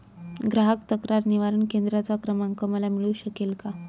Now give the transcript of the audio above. ग्राहक तक्रार निवारण केंद्राचा क्रमांक मला मिळू शकेल का?